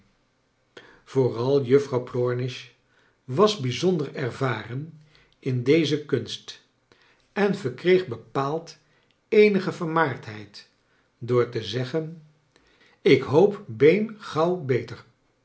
vooral juffrouw pi ornish was bij z onder ervaren in deze kunst en verkreeg bepaald eenige vermaardheid door te zeggen ik hoop been gauw beter